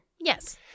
Yes